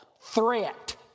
threat